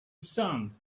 sand